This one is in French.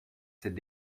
cette